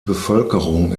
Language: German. bevölkerung